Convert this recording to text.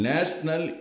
National